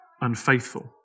unfaithful